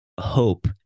hope